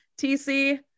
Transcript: TC